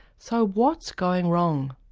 so what's going wrong?